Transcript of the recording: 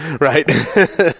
right